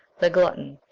the glutton,